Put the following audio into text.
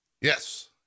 yes